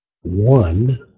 one